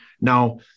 Now